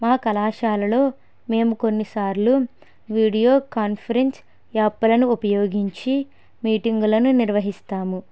మా కళాశాలలో మేము కొన్నిసార్లు వీడియో కాన్ఫరెన్స్ యాప్లను ఉపయోగించి మీటింగ్లను నిర్వహిస్తాము